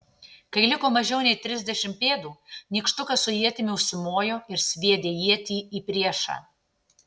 kai liko mažiau nei trisdešimt pėdų nykštukas su ietimi užsimojo ir sviedė ietį į priešą